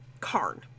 Karn